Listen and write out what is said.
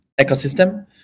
ecosystem